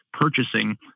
purchasing